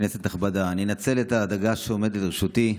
כנסת נכבדה, אני אנצל את הדקה שעומדת לרשותי: